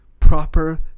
proper